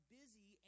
busy